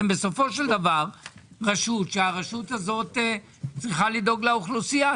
בסופו של דבר אתם רשות שצריכה לדאוג לאוכלוסייה.